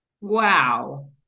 wow